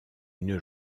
une